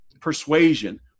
persuasion